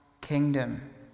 kingdom